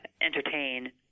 entertain